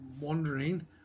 wondering